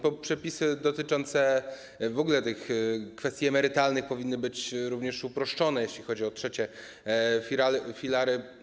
Bo przepisy dotyczące w ogóle kwestii emerytalnych powinny być również uproszczone, jeśli chodzi o trzecie filary.